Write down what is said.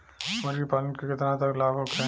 मुर्गी पालन से केतना तक लाभ होखे?